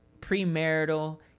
premarital